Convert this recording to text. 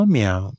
Meow